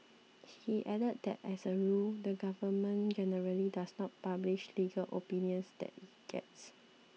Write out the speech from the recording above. he added that as a rule the government generally does not publish legal opinions that it gets